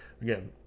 Again